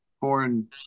foreign